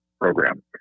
program